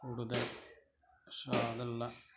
കൂടുതൽ സ്വാദുള്ള